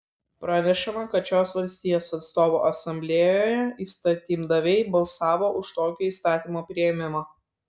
pranešama kad šios valstijos atstovų asamblėjoje įstatymdaviai balsavo už tokio įstatymo priėmimą